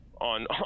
on